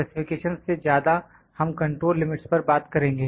specifications से ज्यादा हम कंट्रोल लिमिट्स पर बात करेंगे